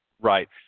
Right